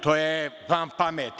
To je van pameti.